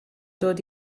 dod